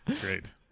Great